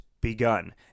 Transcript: begun